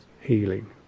healing